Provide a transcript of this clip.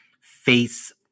face